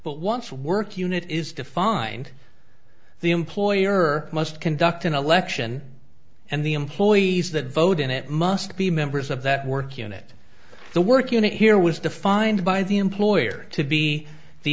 but once work unit is defined the employer must conduct an election and the employees that vote in it must be members of that work unit the work unit here was defined by the employer to be the